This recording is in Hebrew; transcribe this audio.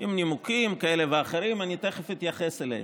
עם נימוקים כאלה ואחרים, אני תכף אתייחס אליהם.